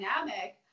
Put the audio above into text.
dynamic